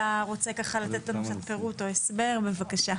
אני מודה לך.